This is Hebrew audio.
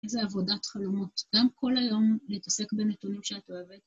איזו עבודת חלומות. גם כל היום להתעסק בנתונים שאת אוהבת.